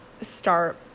start